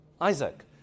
Isaac